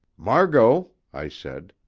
margot, i said,